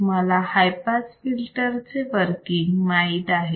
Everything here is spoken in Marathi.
तुम्हाला हाय पास फिल्टर चे वर्किंग माहित आहे